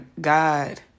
God